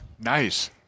Nice